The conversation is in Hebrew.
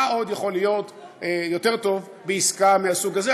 מה יכול להיות יותר טוב מעסקה מהסוג הזה?